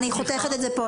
אני חותכת את זה פה,